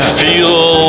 feel